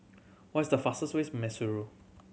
what's the fastest ways Maseru